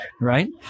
Right